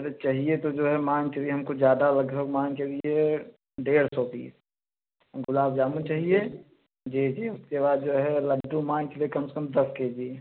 अरे चाहिए तो जो है मान के चलिए हमको ज़्यादा लगभग मान के चलिए डेढ़ सौ पीस गुलाब जामुन चाहिए जी जी उसके बाद जो है लड्डू मान चलिए कम से कम दस के जी